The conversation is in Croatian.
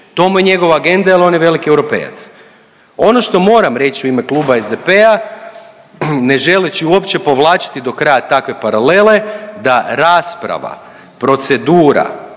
to mu je njegova agenda jel on je veliki europejac. Ono što moram reći u ime kluba SDP-a ne želeći uopće povlačiti do kraja takve paralele da rasprava, procedura,